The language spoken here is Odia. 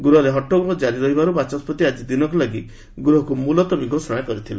ଗୃହରେ ହଟ୍ଟଗୋଳ କ୍ରାରି ରହିବାରୁ ବାଚସ୍କତି ଆଜି ଦିନକ ଲାଗି ଗୃହକୁ ମୁଲତବୀ ଘୋଷଣା କରିଥିଲେ